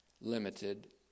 limited